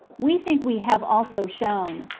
we think we have also shown.